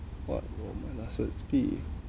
what would my last words be